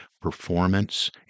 performance